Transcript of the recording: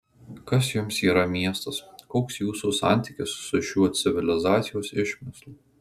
kas jums yra miestas koks jūsų santykis su šiuo civilizacijos išmislu